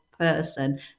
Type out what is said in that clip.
person